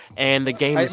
and the game is.